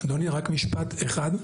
אדוני רק משפט אחד.